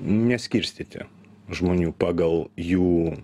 neskirstyti žmonių pagal jų